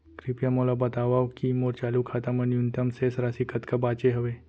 कृपया मोला बतावव की मोर चालू खाता मा न्यूनतम शेष राशि कतका बाचे हवे